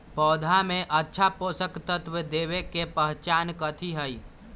पौधा में अच्छा पोषक तत्व देवे के पहचान कथी हई?